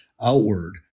outward